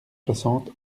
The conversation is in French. soixante